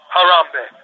Harambe